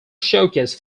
showcase